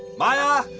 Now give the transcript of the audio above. maya,